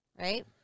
right